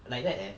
like that eh